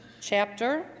chapter